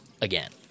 again